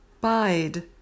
Bide